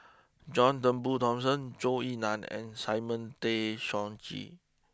John Turnbull Thomson Zhou Ying Nan and Simon Tay Seong Chee